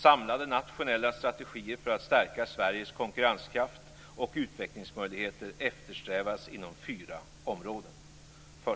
Samlade nationella strategier för att stärka Sveriges konkurrenskraft och utvecklingsmöjligheter eftersträvas inom fyra områden: ·